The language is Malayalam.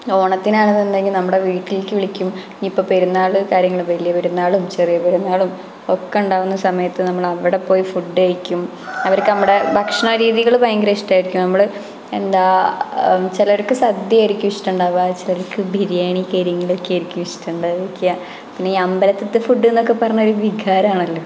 ഓണത്തിനാണ് എന്നുണ്ടെങ്കിൽ നമ്മുടെ വീട്ടിലേക്ക് വിളിക്കും ഇപ്പോൾ പെരുന്നാള് കാര്യങ്ങൾ വലിയ പെരുന്നാളും ചെറിയ പെരുന്നാളും ഒക്കെ ഉണ്ടാവുന്ന സമയത്ത് നമ്മളവിടെ പോയി ഫുഡ് കഴിക്കും അവർക്ക് നമ്മുടെ ഭക്ഷണ രീതികൾള് ഭയങ്കര ഇഷ്ട്ടമായിരിക്കും നമ്മൾ എന്താണ് ചിലര്ക്ക് സദ്യ ആയിരിക്കും ഇഷ്ടമുണ്ടാവുക ചിലര്ക്ക് ബിരിയാണി കാര്യങ്ങളൊക്കെയായിരിക്കും ഇഷ്ടമുണ്ടായിരിക്കുക ഇനി അമ്പലത്തിത്തെ ഫുഡ് എന്നൊക്കെ പറഞ്ഞാൽ ഒരു വികാരമാണ്